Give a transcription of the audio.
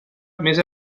més